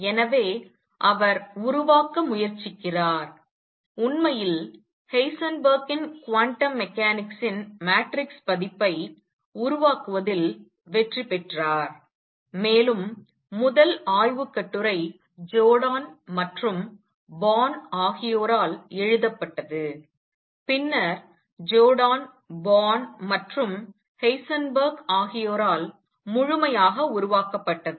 எனவே அவர் உருவாக்க முயற்சிக்கிறார் உண்மையில் ஹெய்சன்பெர்க்கின் குவாண்டம் மெக்கானிக்ஸின் மேட்ரிக்ஸ் பதிப்பை உருவாக்குவதில் வெற்றி பெற்றார் மேலும் முதல் ஆய்வுக் கட்டுரை ஜோர்டான் மற்றும் பார்ன் ஆகியோரால் எழுதப்பட்டது பின்னர் ஜோர்டான் பார்ன் மற்றும் ஹெய்சன்பெர்க் ஆகியோரால் முழுமையாக உருவாக்கப்பட்டது